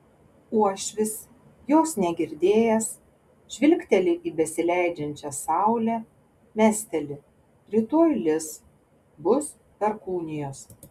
uošvis jos negirdėjęs žvilgteli į besileidžiančią saulę mesteli rytoj lis bus perkūnijos